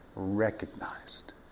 recognized